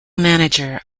manager